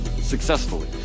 successfully